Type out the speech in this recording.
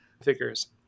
figures